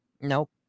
Nope